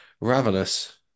ravenous